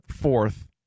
fourth